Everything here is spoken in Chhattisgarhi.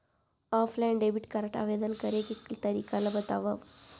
ऑफलाइन डेबिट कारड आवेदन करे के तरीका ल बतावव?